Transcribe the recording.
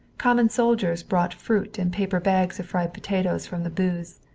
common soldiers bought fruit and paper bags of fried potatoes from the booths.